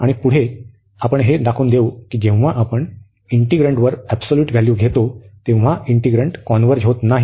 आणि पुढे आपण हे दाखवून देऊ की जेव्हा आपण इंटिग्रन्टवर एबसोल्यूट व्हॅल्यू घेतो तेव्हा इंटिग्रन्ट कॉन्व्हर्ज होत नाही